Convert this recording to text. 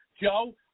Joe